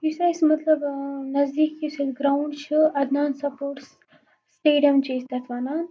یُس اَسہِ مطلب نزدیٖک یُس اَسہِ گراوُنڈ چھُ اَدنان سَپوٹٔس سِٹیڈیَم چھِ أسۍ تَتھ وَنان